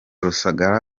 rusagara